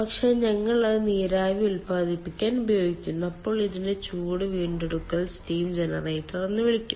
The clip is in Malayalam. പക്ഷേ ഞങ്ങൾ അത് നീരാവി ഉത്പാദിപ്പിക്കാൻ ഉപയോഗിക്കുന്നു അപ്പോൾ ഇതിനെ ചൂട് വീണ്ടെടുക്കൽ സ്റ്റീം ജനറേറ്റർ എന്ന് വിളിക്കും